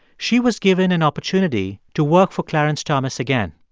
she was given an opportunity to work for clarence thomas again.